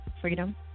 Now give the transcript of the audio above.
freedom